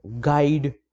guide